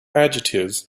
adjectives